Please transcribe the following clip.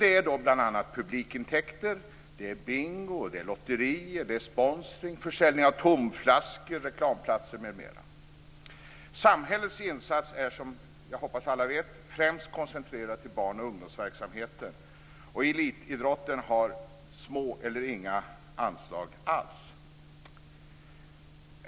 Det är publikintäkter, bingo, lotterier, sponsring, försäljning av tomflaskor och reklamplatser m.m. Samhällets insats är som jag hoppas att alla vet främst koncentrerad till barn och ungdomsverksamheten. Elitidrotten har små anslag eller inga anslag alls.